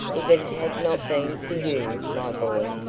if it had not been for you, my boy,